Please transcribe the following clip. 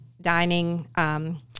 dining